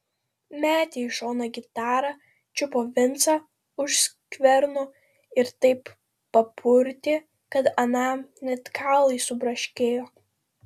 metė į šoną gitarą čiupo vincą už skverno ir taip papurtė kad anam net kaulai subraškėjo